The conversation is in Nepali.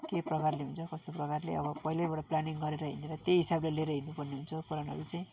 के प्रकारले हुन्छ कस्तो प्रकारले अब पहिल्यैबाट प्लानिङ गरेर हिँडेर त्यही हिसाबले लिएर हिँड्नु पर्ने हुन्छ प्लानहरू चाहिँ